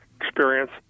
experience